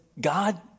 God